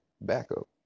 backup